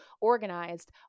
organized